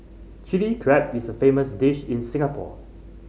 Chilli Crab is a famous dish in Singapore